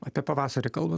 apie pavasarį kalbant